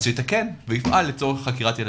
שיתקן ויפעל לצורך חקירת ילדים.